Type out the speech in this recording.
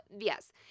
yes